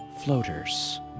Floaters